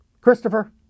Christopher